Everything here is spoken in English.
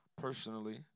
personally